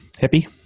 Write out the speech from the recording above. Happy